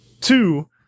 two